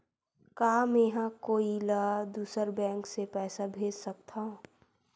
का मेंहा कोई ला दूसर बैंक से पैसा भेज सकथव?